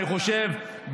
אני חושב,